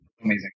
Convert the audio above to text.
amazing